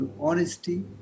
honesty